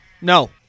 No